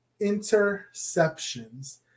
interceptions